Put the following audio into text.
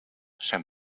zijn